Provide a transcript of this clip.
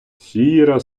сіра